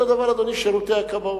אותו דבר, אדוני, בשירותי הכבאות.